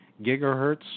gigahertz